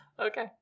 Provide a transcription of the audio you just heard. Okay